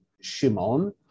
Shimon